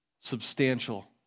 substantial